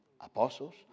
apostles